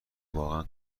واقعا